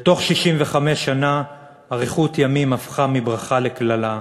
ותוך 65 שנה אריכות ימים הפכה מברכה לקללה?